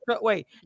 wait